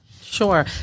Sure